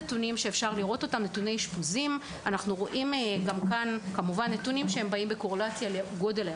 נתוני אשפוזים: אנחנו רואים נתונים שבאים בקורלציה לגודל ה-